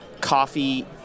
coffee